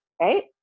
right